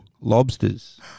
lobsters